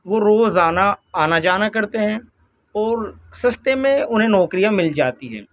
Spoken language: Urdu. وہ روزانہ آنا جانا کرتے ہیں اور سستے میں انہیں نوکریاں مل جاتی ہیں